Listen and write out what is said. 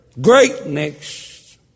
Greatness